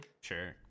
Sure